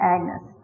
Agnes